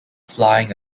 flying